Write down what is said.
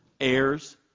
heirs